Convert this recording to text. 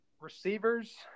receivers –